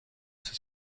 sie